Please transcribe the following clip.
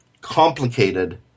complicated